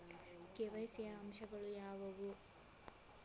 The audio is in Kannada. ಕೆ.ವೈ.ಸಿ ಯ ಅಂಶಗಳು ಯಾವುವು?